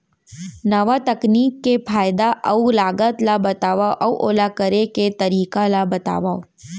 नवा तकनीक के फायदा अऊ लागत ला बतावव अऊ ओला करे के तरीका ला बतावव?